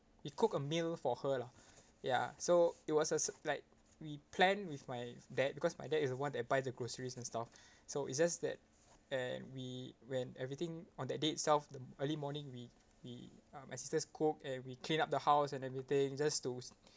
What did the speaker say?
we cook a meal for her lah ya so it was a sur~ like we plan with my dad because my dad is the one that buy the groceries and stuff so it's just that and we when everything on that day itself the early morning we we um my sisters cook and we clean up the house and everything just to